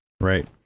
Right